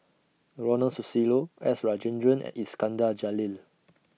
Ronald Susilo S Rajendran and Iskandar Jalil